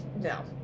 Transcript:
No